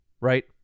right